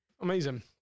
amazing